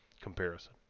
comparison